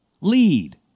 Lead